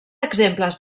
exemples